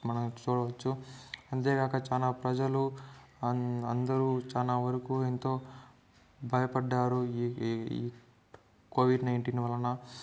మనం చూడవచ్చు అంతేగాక చాల్ల ప్రజలు అందరూ చాలా వరకు ఎంతో భయపడ్డారు ఈ కోవిడ్ నైన్టీన్ వలన